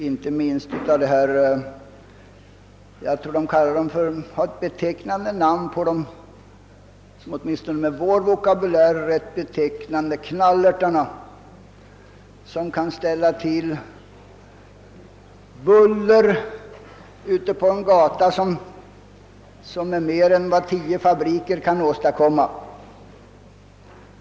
Inte minst gäller det vad som med ett åtminstone enligt vår vokabulär ganska betecknande namn kallas »knallerterna», som kan ställa till med värre buller ute på en gata än vad tio fabriker kan åstadkomma.